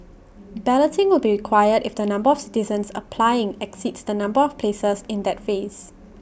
balloting will be required if the number of citizens applying exceeds the number of places in that phase